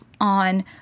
on